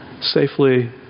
safely